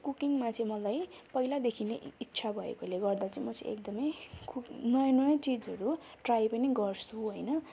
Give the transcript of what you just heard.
कुकिङमा चाहिँ मलाई पहिल्यैदेखि नै इच्छा भएकोले गर्दा चाहिँ म चाहिँ एकदमै नयाँ नयाँ चिजहरू ट्राई पनि गर्छु होइन